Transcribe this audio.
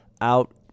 out